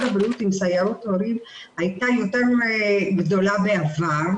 הבריאות עם סיירות ההורים היה יותר גדול בעבר.